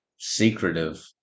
Secretive